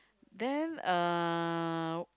then uh